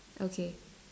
okay